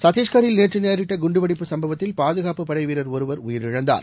சத்திஷ்கரில் நேற்றுநேரிட்டகுன்டுவெடிப்பு சம்பவத்தில் பாதுகாப்புப் படைவீரர் ஒருவர் உயிரிழந்தார்